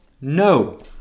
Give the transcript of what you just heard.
no